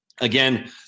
Again